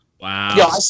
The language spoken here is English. Wow